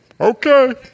Okay